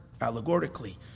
allegorically